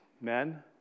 men